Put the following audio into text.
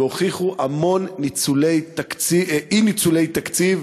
והוכיחו המון אי-ניצולי תקציב,